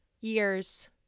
years